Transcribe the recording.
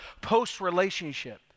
post-relationship